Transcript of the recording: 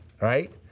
right